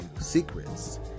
secrets